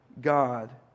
God